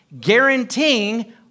guaranteeing